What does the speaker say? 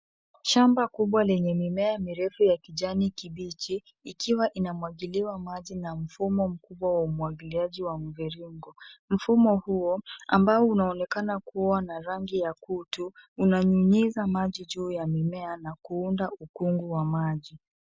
Shamba kubwa lenye mimea mirefu ya kijani kibichi ikiwa inamwagiliwa maji na mfumo mkubwa wa umwagiliaji wa mviringo. Mfumo huo, ambao unaonekana kuwa na rangi ya kutu, unanyunyiza maji juu ya mimea na kuunda ukungu wa maji.